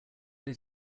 did